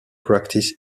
practice